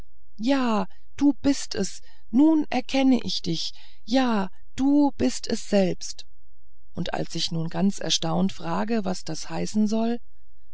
ja du bist es nun erst erkenne ich dich ja du bist es selbst und als ich nun ganz erstaunt frage was das heißen soll